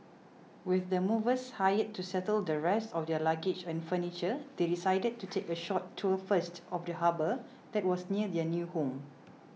with the movers hired to settle the rest of their luggage and furniture they decided to take a short tour first of the harbour that was near their new home